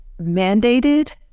mandated